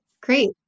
Great